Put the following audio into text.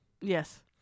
Yes